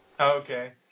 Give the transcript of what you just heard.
Okay